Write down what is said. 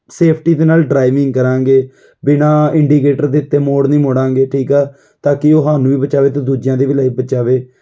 safety ਦੇ ਨਾਲ driving ਕਰਾਂਗੇ ਬਿਨਾਂ ਇੰਡੀਕੇਟਰ ਦਿੱਤੇ ਮੋੜ ਨਹੀਂ ਮੋੜਾਂਗੇ ਠੀਕ ਆ ਤਾਂ ਕਿ ਉਹ ਹਾਨੂੰ ਵੀ ਬਚਾਵੇ ਅਤੇ ਦੂਜਿਆਂ ਦੀ ਵੀ ਲਾਈਫ ਬਚਾਵੇ